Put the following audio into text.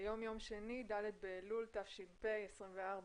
היום יום שני ד' באלול תש"ף, 24